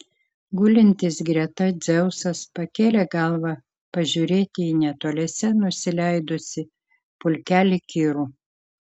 gulintis greta dzeusas pakėlė galvą pažiūrėti į netoliese nusileidusį pulkelį kirų